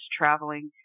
traveling